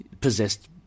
possessed